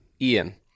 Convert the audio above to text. Ian